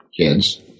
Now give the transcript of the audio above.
kids